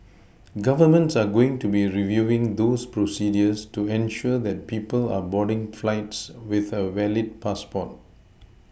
Governments are going to be reviewing those procedures to ensure that people are boarding flights with a valid passport